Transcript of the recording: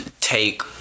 take